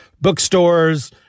bookstores